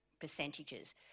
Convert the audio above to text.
percentages